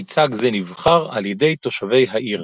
מייצג זה נבחר על ידי תושבי העיר.